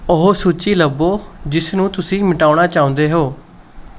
ਉਹ ਸੂਚੀ ਲੱਭੋ ਜਿਸ ਨੂੰ ਤੁਸੀਂ ਮਿਟਾਉਣਾ ਚਾਹੁੰਦੇ ਹੋ